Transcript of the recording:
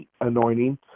anointing